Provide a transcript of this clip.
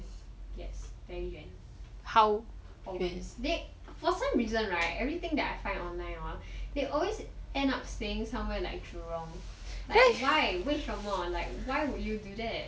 yes very 远 for some reason right everything that I find online hor they always end up staying somewhere like jurong like why 为什么 why would you do that